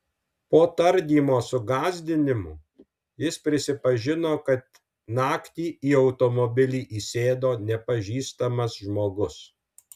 po tardymo su gąsdinimų jis prisipažino kad naktį į automobilį įsėdo nepažįstamas žmogus